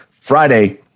Friday